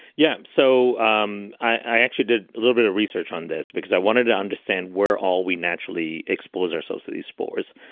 yeah. so um i actually did a little bit of research on this because i wanted to understand where all we naturally expose ourselves to these spores.